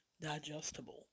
digestible